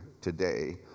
today